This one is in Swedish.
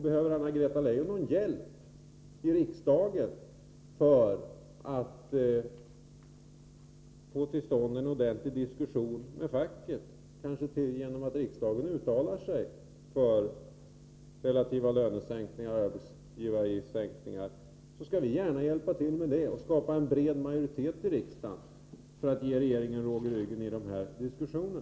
Behöver Anna-Greta Leijon någon hjälp för att få till stånd en ordentlig diskussion med facket — kanske genom att riksdagen uttalar sig för relativa lönesänkningar och arbetsgivaravgiftssänkningar — skall vi gärna hjälpa till med att skapa en bred majoritet här i riksdagen för att ge regeringen råg i ryggen i dessa diskussioner.